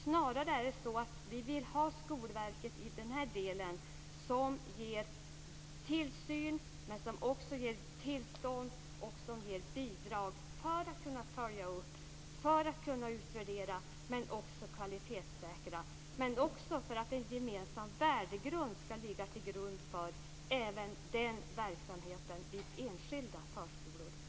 Det är snarare så att vi vill ha Skolverket i den här delen som ger tillsyn och också tillstånd och bidrag för att kunna följa upp och utvärdera, men också för att kunna kvalitetssäkra och för att en gemensam värdegrund skall ligga till grund även för verksamheten vid enskilda förskolor.